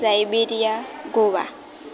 Siberia Goa